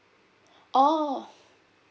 oh